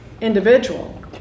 individual